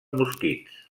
mosquits